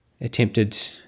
attempted